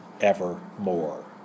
evermore